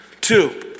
Two